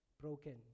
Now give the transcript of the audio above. broken